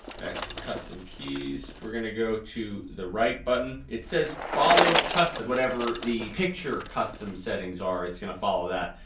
back to custom keys we're gonna go to the right button. it says follow custom, whatever the picture custom settings are it's gonna follow that.